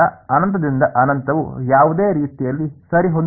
ನನ್ನ ಪ್ರಕಾರ ಅನಂತದಿಂದ ಅನಂತವು ಯಾವುದೇ ರೀತಿಯಲ್ಲಿ ಸರಿಹೊಂದುತ್ತದೆ